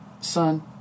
Son